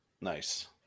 Nice